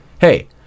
hey